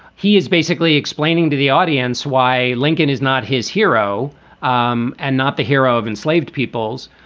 he is basically explaining to the audience why lincoln is not his hero um and not the hero of enslaved peoples.